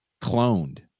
cloned